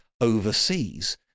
overseas